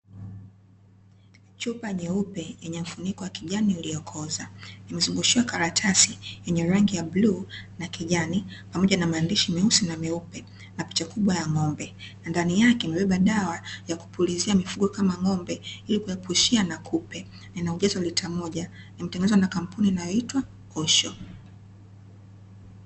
Chupa nyeupe, yenye mfuniko wa kijani iliyokoza, imezungushiwa karatasi yenye rangi ya bluu na kijani pamoja na maandishi meusi na meupe, na picha kubwa ya ng'ombe. Ndani yake imebeba dawa ya kupulizia mifugo kama ng'ombe ili kuepushia na kupe, ina ujazo wa lita moja. Imetengenezwa na kampuni inayoitwa"Osho".